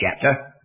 chapter